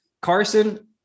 Carson